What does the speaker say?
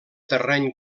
terreny